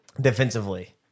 defensively